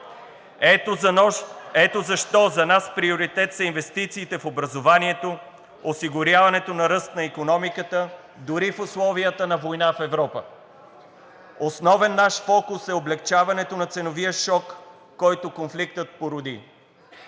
Ето защо за нас приоритет са инвестициите в образованието, осигуряването на ръст на икономиката дори в условията на война в Европа. Основен наш фокус е облекчаването на ценовия шок, който конфликтът породи.